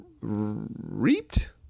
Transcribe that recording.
reaped